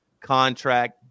contract